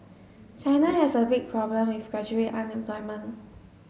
China has a big problem with graduate unemployment